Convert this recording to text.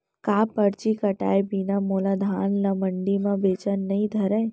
का परची कटाय बिना मोला धान ल मंडी म बेचन नई धरय?